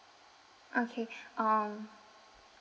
okay um